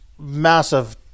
massive